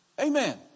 Amen